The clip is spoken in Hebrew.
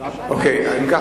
אם כך,